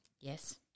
Yes